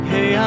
Hey